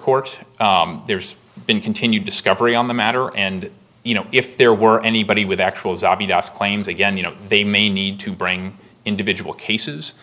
court there's been continued discovery on the matter and you know if there were anybody with actual claims again you know they may need to bring individual cases